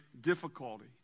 difficulty